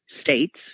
states